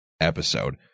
episode